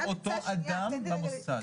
של אותו אדם במוסד.